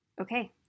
Okay